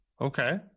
Okay